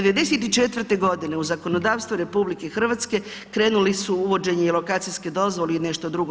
94.-e godine u zakonodavstvu RH krenuli su uvođenje i lokacijske dozvole i nešto drugo.